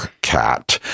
cat